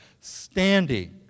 standing